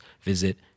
visit